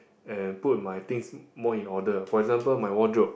and put my things more in order for example my wardrobe